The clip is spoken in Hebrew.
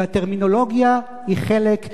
והטרמינולוגיה היא חלק מהאידיאולוגיה.